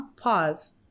Pause